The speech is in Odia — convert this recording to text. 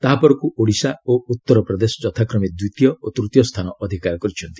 ତାହାପରକୁ ଓଡ଼ିଶା ଓ ଉତ୍ତର ପ୍ରଦେଶ ଯଥାକ୍ରମେ ଦ୍ୱିତୀୟ ଓ ତୂତୀୟ ସ୍ଥାନ ଅଧିକାର କରିଛନ୍ତି